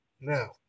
Now